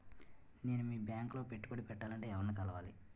నేను మీ బ్యాంక్ లో పెట్టుబడి పెట్టాలంటే ఎవరిని కలవాలి?